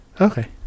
Okay